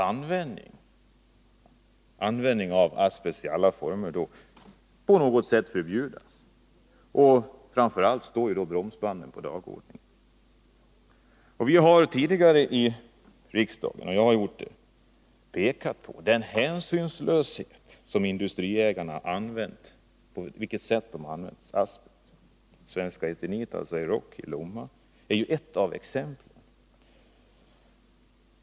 Användningen av asbest i alla former måste på något sätt förbjudas, och framför allt står då bromsbanden på lagordningen. Vi har tidigare i riksdagen pekat på den hänsynslöshet med vilken industriägarna använt asbest. Svenska Eternit, alltså Euroc i Lomma, är ett av exemplen.